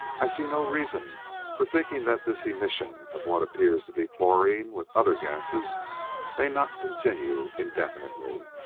i see no reason for thinking that this emission of what appears to be chlorine with other gases may not continue indefinitely.